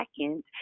second